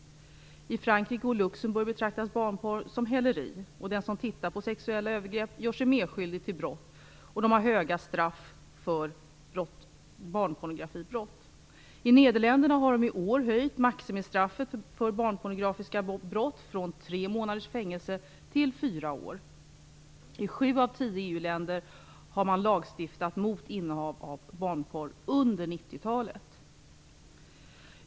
I Frankrike och Luxemburg betraktas barnpornografi som häleri, och den som tittar på sexuella övergrepp gör sig medskyldig till brott. De har höga straff för barnpornografibrott. I Nederländerna har de i år höjt maximistraffet för barnpornografiska brott från tre månaders till fyra års fängelse. I sju av tio EU länder har man lagstiftat mot innehav av barnpornografi under 90-talet.